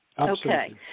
Okay